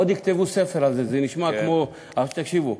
עוד יכתבו ספר על זה, זה נשמע כמו, תקשיבו,